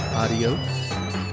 adios